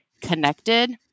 connected